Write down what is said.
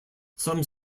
some